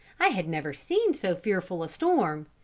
i had never seen so fearful a storm.